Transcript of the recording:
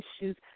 issues